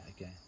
okay